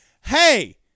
hey